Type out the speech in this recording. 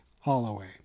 Holloway